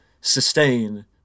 sustain